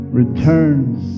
returns